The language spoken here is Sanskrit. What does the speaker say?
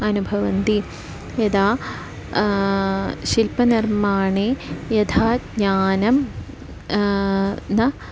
अनुभवन्ति यदा शिल्पनिर्माणे यदा ज्ञानं न